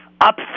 up